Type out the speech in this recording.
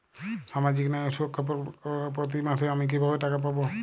সামাজিক ন্যায় ও সুরক্ষা প্রকল্পে প্রতি মাসে আমি কিভাবে টাকা পাবো?